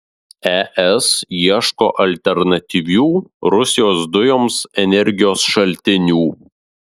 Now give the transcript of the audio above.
es ieško alternatyvių rusijos dujoms energijos šaltinių